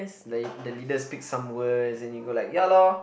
like the leader speak some words then you go like ya lor